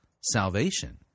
salvation